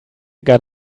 got